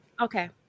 Okay